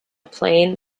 plane